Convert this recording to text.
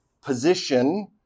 position